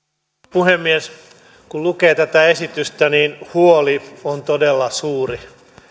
puhemies kun lukee tätä esitystä niin huoli on todella suuri